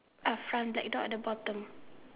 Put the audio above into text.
uh front black door at the bottom